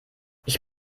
ich